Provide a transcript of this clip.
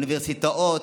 אוניברסיטאות,